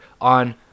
on